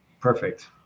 Perfect